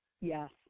Yes